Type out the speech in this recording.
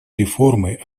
реформы